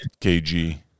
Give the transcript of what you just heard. KG